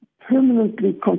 permanently